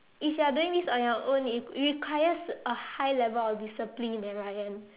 if you're doing this on your own it requires a high level of discipline eh Ryan